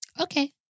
Okay